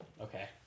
Okay